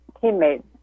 teammates